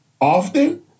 Often